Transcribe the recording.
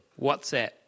WhatsApp